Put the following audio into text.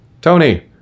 Tony